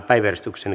asia